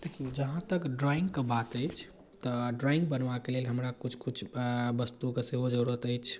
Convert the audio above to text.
देखिऔ जहाँ तक ड्राइङ्गके बात अछि तऽ ड्राइङ्ग बनेबाके लेल हमरा किछु किछु वस्तुके सेहो जरूरत अछि